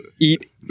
eat